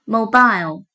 Mobile